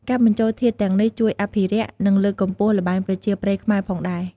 ការបញ្ចូលធាតុទាំងនេះជួយអភិរក្ស និងលើកកម្ពស់ល្បែងប្រជាប្រិយខ្មែរផងដែរ។